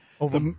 over